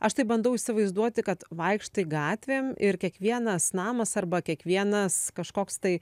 aš tai bandau įsivaizduoti kad vaikštai gatvėm ir kiekvienas namas arba kiekvienas kažkoks tai